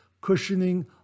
cushioning